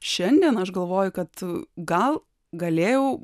šiandien aš galvoju kad gal galėjau